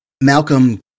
Malcolm